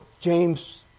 James